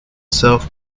self